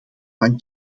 van